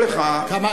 לתקוף,